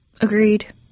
Agreed